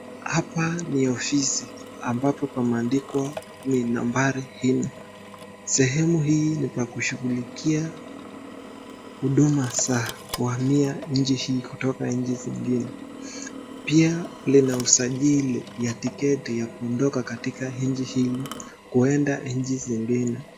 Hapa ni ofisi ambapo pameandikwa ni nambari nne sehemu hii ni pa kushughulikia Huduma za kuamia nchi hii kutoka nchi zingine pia Lina usajili wa tiketi ya kutoka nchii hii kuenda nchii zingine.